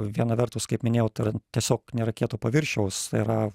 viena vertus kaip minėjau tai yra tiesiog nėra kieto paviršiaus yra